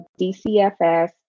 DCFS